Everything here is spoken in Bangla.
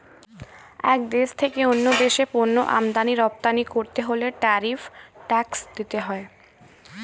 এক দেশ থেকে অন্য দেশে পণ্য আমদানি রপ্তানি করতে হলে ট্যারিফ ট্যাক্স দিতে হয়